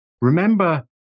Remember